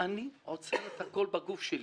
אני עוצר את הכול בגוף שלי.